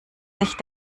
sich